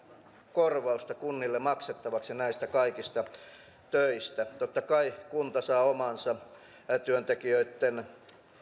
korvausta kunnille maksettavaksi näistä kaikista töistä totta kai kunta saa omansa työntekijöitten